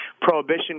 Prohibition